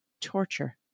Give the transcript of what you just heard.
torture